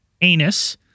anus